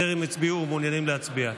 הצביעו ומעוניינים להצביע?